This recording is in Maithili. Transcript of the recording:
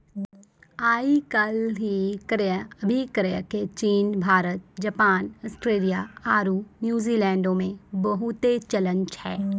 आइ काल्हि क्रय अभिक्रय के चीन, भारत, जापान, आस्ट्रेलिया आरु न्यूजीलैंडो मे बहुते चलन छै